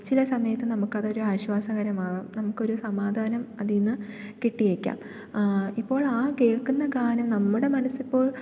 ചില സമയത്ത് നമുക്കതൊരു ആശ്വാസകരമാകാം നമുക്കൊരു സമാധാനം അതിൽ നിന്ന് കിട്ടിയേക്കാം ഇപ്പോൾ ആ കേൾക്കുന്ന ഗാനം നമ്മുടെ മനസ്സിപ്പോൾ